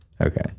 Okay